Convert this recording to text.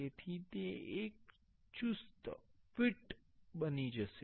તેથી તે એક ચુસ્ત ફિટ હશે